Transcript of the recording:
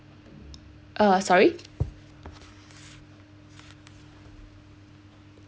uh sorry